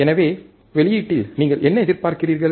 எனவே வெளியீட்டில் நீங்கள் என்ன எதிர்பார்க்கிறீர்கள்